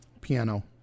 piano